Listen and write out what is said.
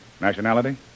Nationality